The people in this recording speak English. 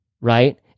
Right